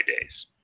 days